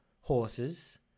horses